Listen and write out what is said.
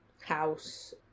house